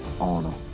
honor